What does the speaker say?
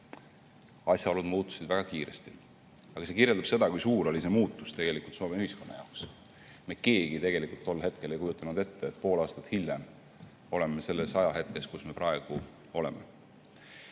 Asjaolud muutusid väga kiiresti. Aga see kirjeldab seda, kui suur oli see muutus tegelikult Soome ühiskonna jaoks. Me keegi tegelikult tol hetkel ei kujutanud ette, et pool aastat hiljem oleme selles ajahetkes, kus me praegu oleme.